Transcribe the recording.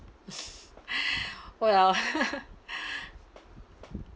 well